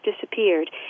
disappeared